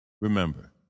Remember